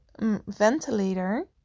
ventilator